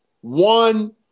One